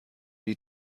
die